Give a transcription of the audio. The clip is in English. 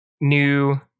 new